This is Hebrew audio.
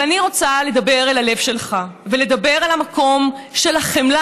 אבל אני רוצה לדבר אל הלב שלך ולדבר על המקום של החמלה,